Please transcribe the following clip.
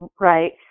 Right